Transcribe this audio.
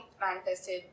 manifested